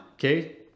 Okay